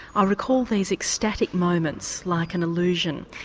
ah recall these ecstatic moments like an illusion,